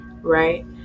right